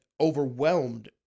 overwhelmed